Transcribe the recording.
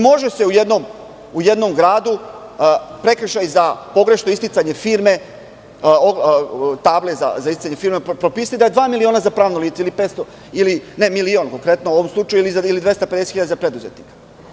Može se u jednom gradu prekršaj za pogrešno isticanje firme, table za isticanje firme, propisati da je dva miliona za pravno lice, milion konkretno u ovom slučaju ili 250.000 za preduzetnike.